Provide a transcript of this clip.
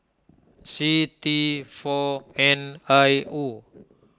C T four N I O